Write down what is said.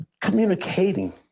communicating